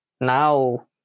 now